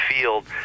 Field